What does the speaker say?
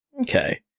Okay